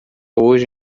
hoje